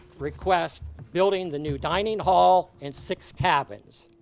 request building the new dining hall and six cabins.